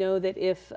know that if